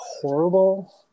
horrible